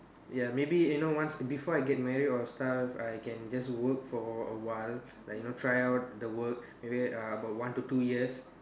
ya maybe you know once before I get married or stuff I can just work for a while like you know try out the work maybe uh about one to two years